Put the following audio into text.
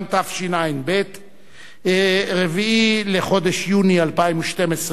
ורע"ם-תע"ל חד"ש בל"ד להביע אי-אמון בממשלה